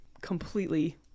Completely